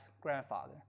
grandfather